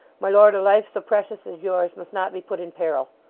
my lord, a life so precious as yours must not be put in peril.